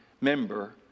member